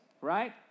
Right